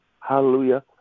hallelujah